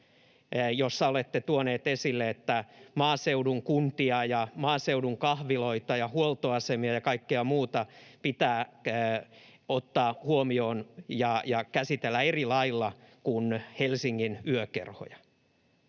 joissa olette tuoneet esille, että maaseudun kuntia ja maaseudun kahviloita ja huoltoasemia ja kaikkea muuta pitää ottaa huomioon ja käsitellä eri lailla kuin Helsingin yökerhoja,